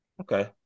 Okay